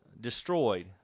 destroyed